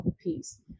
piece